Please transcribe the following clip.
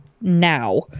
now